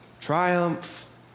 triumph